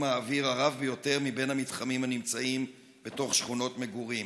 האוויר הרב ביותר מבין המתחמים הנמצאים בתוך שכונות מגורים.